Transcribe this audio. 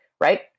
right